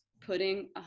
putting